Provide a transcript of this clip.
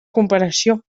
comparació